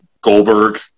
Goldberg